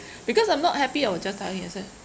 because I'm not happy I will just tell him I say